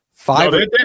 Five